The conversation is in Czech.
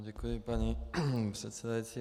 Děkuji, paní předsedající.